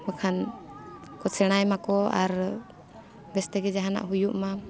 ᱵᱟᱠᱷᱟᱱ ᱠᱚ ᱥᱮᱬᱟᱭ ᱢᱟᱠᱚ ᱟᱨ ᱵᱮᱥ ᱛᱮᱜᱮ ᱡᱟᱦᱟᱱᱟᱜ ᱦᱩᱭᱩᱜ ᱢᱟ